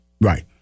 Right